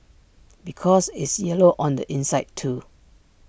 because it's yellow on the inside too